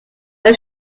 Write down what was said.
âge